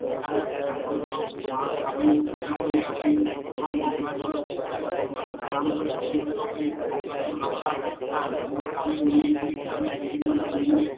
সেখানের জাগ্রত মা কালীর পূজা করে আসি এবং গঙ্গা জল করে গঙ্গাতে স্নান করে পবিত্র হয়ে গঙ্গা জল আমরা গ্রামে নিয়ে এসে গ্রামের বিভিন্ন মন্দিরে